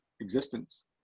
existence